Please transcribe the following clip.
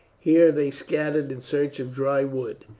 here they scattered in search of dry wood.